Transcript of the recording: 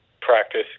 practice